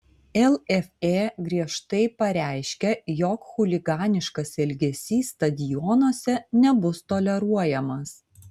lff griežtai pareiškia jog chuliganiškas elgesys stadionuose nebus toleruojamas